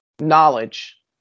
knowledge